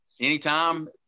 Anytime